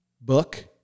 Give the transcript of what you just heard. book